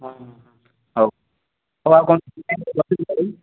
ହଁ ହଉ ହଉ ଆଉ କ'ଣ କହୁଛୁ ରଖୁଛି ଭାଇ